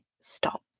stop